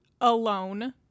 alone